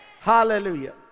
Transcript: Hallelujah